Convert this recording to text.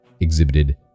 exhibited